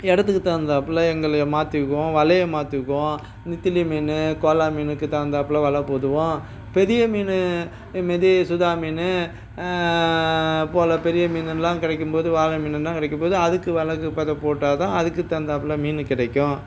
இடத்துக்கு தகுந்தாப்புல எங்களைய மாற்றிக்குவோம் வலையை மாற்றிக்குவோம் நெத்திலி மீன் கோலா மீன்னுக்கு தகுந்தாப்புல வலை போடுவோம் பெரிய மீன் இது மாரி சுறா மீன் போல் பெரிய மீன் எல்லாம் கிடைக்கும்போது வாளை மீன் எல்லாம் கிடைக்கும்போது அதுக்கு வலகு பத போட்டால் தான் அதுக்கு தகுந்தாப்புல மீன் கிடைக்கும்